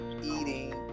eating